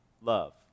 love